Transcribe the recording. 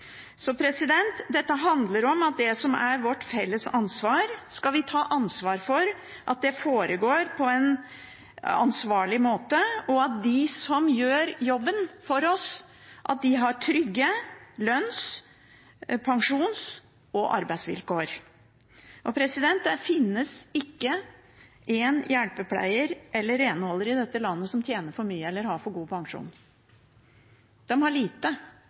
så usunn konkurranse på lønns- og arbeidsvilkår at folk blir syke og uføre, og også at kontraktene brytes, og at det offentlige i ettertid må ta over. Dette handler om at det som er vårt felles ansvar, skal vi ta ansvar for at foregår på en ansvarlig måte, og at de som gjør jobben for oss, har trygge lønns-, pensjons- og arbeidsvilkår. Det finnes ikke én hjelpepleier eller renholder i dette landet som tjener